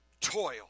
toil